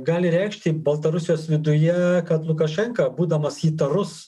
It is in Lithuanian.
gali reikšti baltarusijos viduje kad lukašenka būdamas įtarus